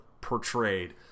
portrayed